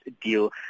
deal